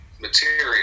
material